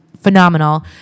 phenomenal